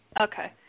Okay